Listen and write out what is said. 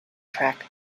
track